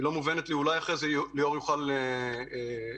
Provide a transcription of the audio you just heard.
ואולי אחר כך ליאור יוכל להרחיב.